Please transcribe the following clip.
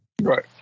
Right